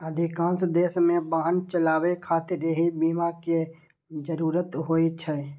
अधिकांश देश मे वाहन चलाबै खातिर एहि बीमा के जरूरत होइ छै